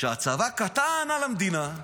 שהצבא קטן על המדינה,